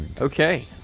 Okay